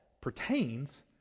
pertains